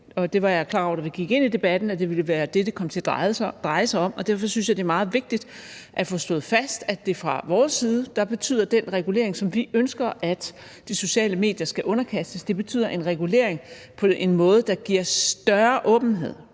Jeg var klar over, da vi gik ind i debatten, at det ville være det, som det kom til at dreje sig om, og derfor synes jeg, det er meget vigtigt at få slået fast, at fra vores side betyder den regulering, som vi ønsker at de sociale medier skal underkastes, en regulering på en måde, der giver større åbenhed,